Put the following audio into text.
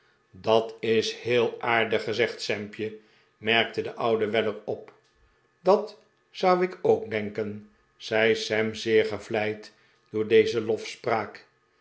dat is heel aardig gezegd sampje merkte de oude weller op dat zou ik ook denken zei sam zeer gevleid door deze